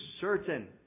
certain